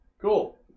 Cool